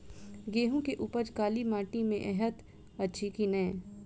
गेंहूँ केँ उपज काली माटि मे हएत अछि की नै?